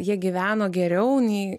jie gyveno geriau nei